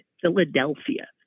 Philadelphia